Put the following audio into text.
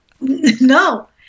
No